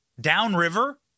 downriver